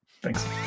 thanks